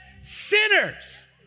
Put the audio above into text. sinners